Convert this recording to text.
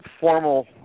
formal